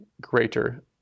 greater